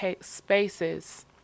spaces